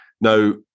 Now